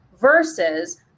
versus